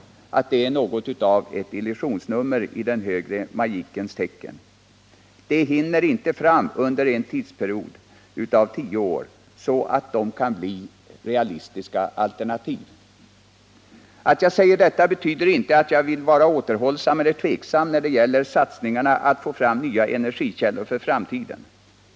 Det är något av ett illusionsnummer i den högre magikens tecken. De hinner inte fram under en tioårsperiod så att de kan bli realistiska alternativ. Att jag säger detta betyder inte att jag vill vara återhållsam eller tveksam när det gäller satsningarna på att få fram nya energikällor för framtiden.